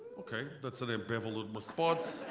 okay, that's an ambivalent response.